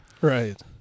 Right